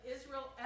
Israel